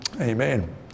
amen